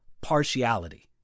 partiality